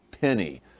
penny